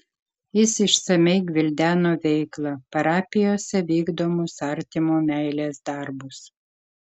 jis išsamiai gvildeno veiklą parapijose vykdomus artimo meilės darbus